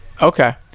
Okay